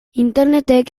internetek